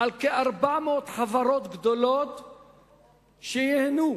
על כ-400 חברות גדולות שייהנו.